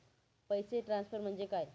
पैसे ट्रान्सफर म्हणजे काय?